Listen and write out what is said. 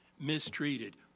mistreated